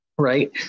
Right